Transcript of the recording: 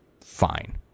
Fine